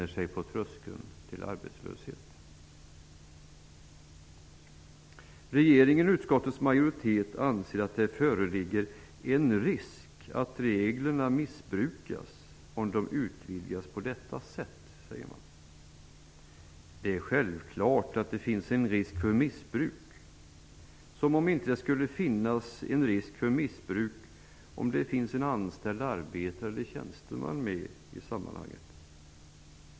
Regeringen och utskottets majoritet anser att det föreligger "en risk för att reglerna missbrukas om de utvidgas på detta sätt". Självklart finns det en risk för missbruk. Det skulle väl också finnas en risk för missbruk om det fanns en anställd eller tjänsteman med i sammanhanget?